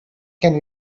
can